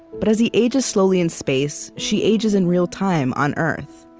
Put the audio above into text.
but as he ages slowly in space, she ages in real time on earth.